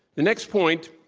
the next point